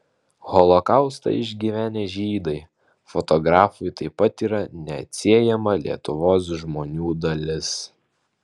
holokaustą išgyvenę žydai fotografui taip pat yra neatsiejama lietuvos žmonių dalis